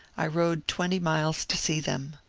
i rode twenty miles to see them.